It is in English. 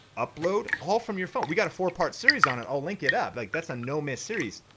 upload, all from your phone. we got a four part series on it, i'll link it up, like that's a no-mess series.